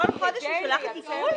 כל הליך הוא הליך נוסף.